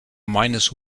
minus